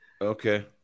Okay